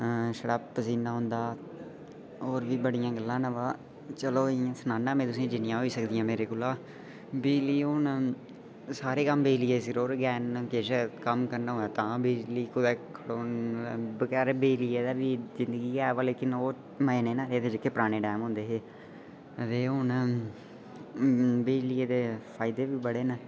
छड़ा पसीना औंदा होर बी बड़ियां गल्लां न बा चलो सनाना जि'न्नियां होई सकदियां मेरे कोला बिजली हू'न सारे कम्म बिजली दे सिरै पर गै न किश कम्म करना होऐ तां बिजली कुदै बगैर बिजली दे बी जिंदगी ऐ बा ओह् ऐ ना ओह् जेह्के पराने टैम होंदे हे ते हू'न बिजलियै दे फायदे बी बड़े न